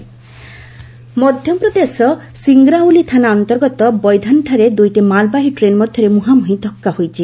MP train collided ମଧ୍ୟପ୍ରଦେଶର ସିଙ୍ଗ୍ରାଉଲି ଥାନା ଅନ୍ତର୍ଗତ ବୈଧାନଠାରେ ଦୁଇଟି ମାଲବାହୀ ଟ୍ରେନ୍ ମଧ୍ୟରେ ମୁହାଁମୁହିଁ ଧକ୍କା ହୋଇଛି